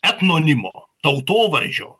etnonimo tautovardžio